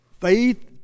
Faith